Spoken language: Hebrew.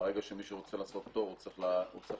ברגע שמישהו רוצה לעשות פטור הוא צריך לבוא